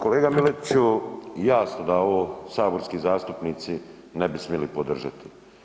Kolega Miletiću jasno da ovo saborski zastupnici ne bi smjeli podržati.